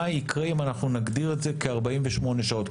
מה יקרה אם נגדיר את זה כ-48 שעות?